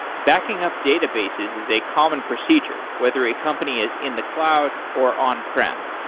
backing up databases is a common procedure whether a company is in the cloud or on-prem.